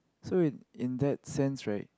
so in in that sense right